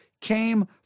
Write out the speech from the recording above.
Came